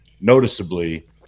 noticeably